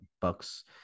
Bucks